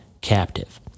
captive